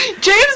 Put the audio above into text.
James